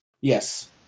Yes